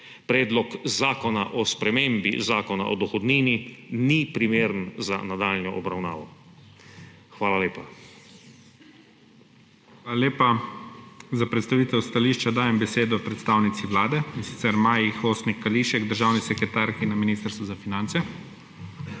Predlog zakona o spremembi Zakona o dohodnini ni primeren za nadaljnjo obravnavo. Hvala lepa. PREDSEDNIK IGOR ZORČIČ: Hvala lepa. Za predstavitev stališča dajem besedo predstavnici Vlade, in sicer Maji Hostnik Kališek državni sekretarki na Ministrstvu za finance. MAG.